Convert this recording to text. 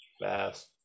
fast